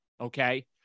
Okay